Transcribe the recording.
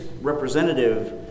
representative